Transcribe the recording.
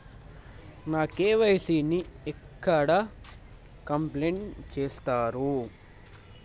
నా కే.వై.సీ ని ఎక్కడ కంప్లీట్ చేస్తరు?